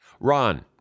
Ron